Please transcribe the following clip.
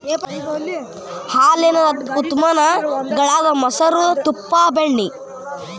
ಹಾಲೇನ ಉತ್ಪನ್ನ ಗಳಾದ ಮೊಸರು, ತುಪ್ಪಾ, ಬೆಣ್ಣಿ